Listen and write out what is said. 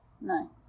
No